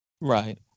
right